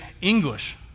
English